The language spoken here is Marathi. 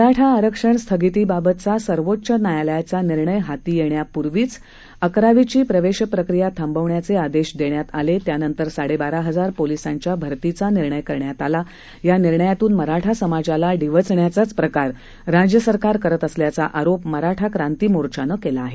मराठा आरक्षण स्थगितीबाबतचा सर्वोच्च न्यायालयाचा निर्णय हाती येण्यापूर्वीच अकरावीची प्रवेश प्रक्रिया थांबवण्याचे आदेश देण्यात आले त्यानंतर साडेबारा हजार पोलिसांच्या भरतीचा निर्णय करण्यात आला या निर्णयातून मराठा समाजाला डिवचण्याचाच प्रकार राज्य सरकार करत असल्याचा आरोप मराठा क्रांती मोर्चाने केला आहे